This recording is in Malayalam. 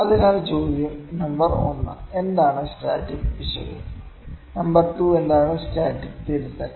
അതിനാൽ ചോദ്യം നമ്പർ 1 എന്താണ് സ്റ്റാറ്റിക് പിശക് നമ്പർ 2 എന്താണ് സ്റ്റാറ്റിക് തിരുത്തൽ